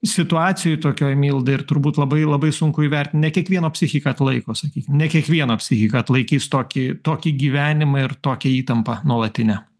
situacijoj tokioj milda ir turbūt labai labai sunku įvertin ne kiekvieno psichika atlaiko sakykim ne kiekvieno psichika atlaikys tokį tokį gyvenimą ir tokią įtampą nuolatinę